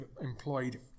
employed